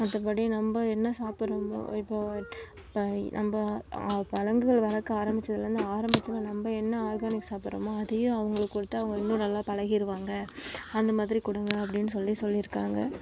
மற்றபடி நம்ப என்ன சாப்பிட்றமோ இப்போ இப்போ நம்ப ப விலங்குகள் வளர்க்க ஆரமித்ததுலந்து ஆரமித்ததுல நம்ப என்ன ஆர்கானிக் சாப்பிட்றமோ அதேயே அவங்களுக்கு கொடுத்து அவங்க இன்னும் நல்லா பழகிடுவாங்க அந்த மாதிரி கொடுங்க அப்டின்னு சொல்லி சொல்லியிருக்காங்க